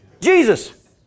Jesus